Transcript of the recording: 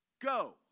go